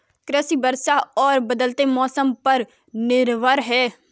कृषि वर्षा और बदलते मौसम पर निर्भर है